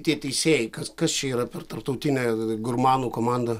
tie teisėjai kas kas čia yra per tarptautinė gurmanų komanda